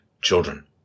children